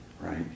right